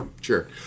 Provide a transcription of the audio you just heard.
Sure